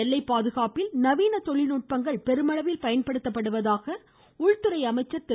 எல்லைப்பாதுகாப்பில் நவீன தொழில்நுட்பங்கள் நாட்டின் பெருமளவில் பயன்படுத்தப்படுவதாக உள்துறை அமைச்சர் திரு